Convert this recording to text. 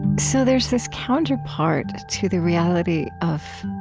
so there's this counterpart to the reality of